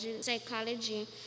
psychology